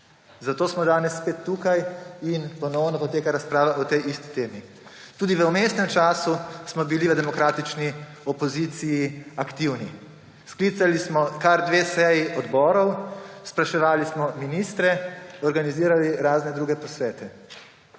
zato smo danes spet tukaj in ponovno poteka razprava o tej isti temi. Tudi v vmesnem času smo bili v demokratični opoziciji aktivni. Sklicali smo kar dve seji odborov, spraševali smo ministre, organizirali razne druge posvete.